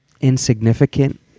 insignificant